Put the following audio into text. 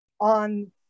on